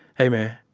hey, man.